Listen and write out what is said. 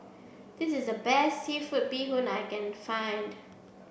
this is the best seafood bee hoon I can find